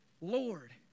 Lord